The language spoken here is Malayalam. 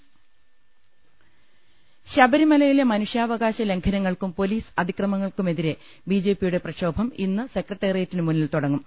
്്്്്്്് ശബരിമലയിലെ മനുഷ്യാവകാശ ലംഘനങ്ങൾക്കും പൊലീസ് അതിക്രമങ്ങൾക്കുമെതിരെ ബി ജെ പിയുടെ പ്രക്ഷോഭം ഇന്ന് സെക്രട്ടേറി യറ്റിന് മുന്നിൽ തുടങ്ങും